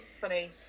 funny